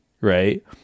right